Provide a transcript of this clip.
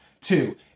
Two